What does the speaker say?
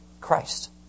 Christ